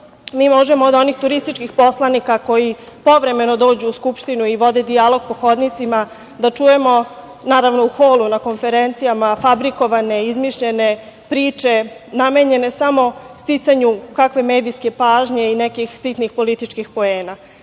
mi možemo od onih turističkih poslanika, koji povremeno dođu u Skupštinu i vode dijalog po hodnicima, da čujemo, naravno u holu, na konferencijama, fabrikovane, izmišljene priče, namenjene samo sticanju kakve medijske pažnje i sitnih političkih poena.